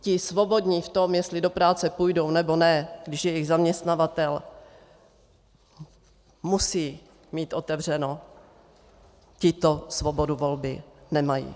Ti svobodu v tom, jestli do práce půjdou nebo ne, když jejich zaměstnavatel musí mít otevřeno, ti svobodu volby nemají.